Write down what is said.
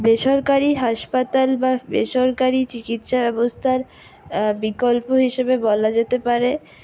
বেসরকারি হাসপাতাল বা বেসরকারি চিকিৎসা ব্যবস্থার বিকল্প হিসেবে বলা যেতে পারে